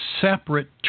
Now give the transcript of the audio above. separate